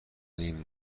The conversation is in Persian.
این